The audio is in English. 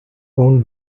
own